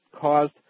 caused